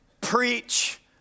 Preach